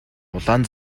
улаан